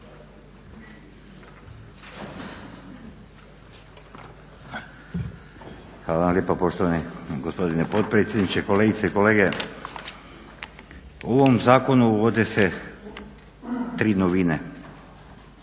Hvala vam lijepa poštovani gospodine potpredsjedniče. Kolegice i kolege. U ovom zakonu uvode se tri novine.